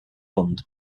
refund